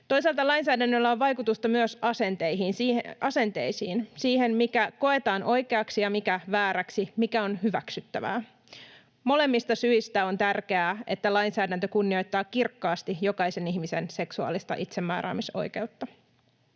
Toisaalta lainsäädännöllä on vaikutusta myös asenteisiin, siihen, mikä koetaan oikeaksi ja mikä vääräksi, ja mikä on hyväksyttävää. Molemmista syistä on tärkeää, että lainsäädäntö kunnioittaa kirkkaasti jokaisen ihmisen seksuaalista itsemääräämisoikeutta.